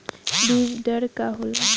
बीज दर का होला?